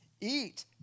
eat